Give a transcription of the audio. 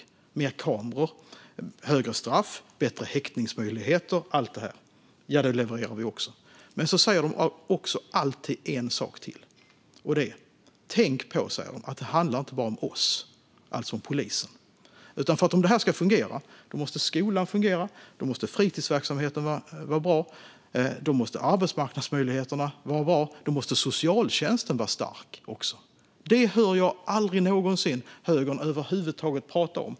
Det handlar om fler kameror, högre straff, bättre häktningsmöjligheter - allt detta. Det levererar vi också. Men de säger också alltid en sak till: Tänk på att det inte bara handlar om oss, om polisen. Om detta ska fungera måste också skolan fungera, fritidsverksamheten och arbetsmarknadsmöjligheterna vara bra och socialtjänsten vara stark. Detta hör jag aldrig någonsin högern över huvud taget prata om.